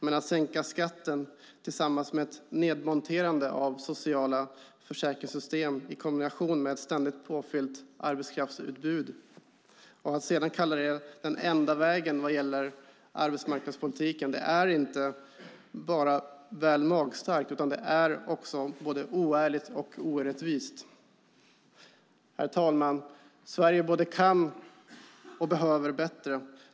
Men att sänka skatten tillsammans med ett nedmonterande av sociala försäkringssystem, i kombination med ett ständigt påfyllt arbetskraftsutbud, och att sedan kalla det den enda vägen vad gäller arbetsmarknadspolitiken är inte bara väl magstarkt utan också både oärligt och orättvist. Herr talman! Sverige både kan och behöver bättre!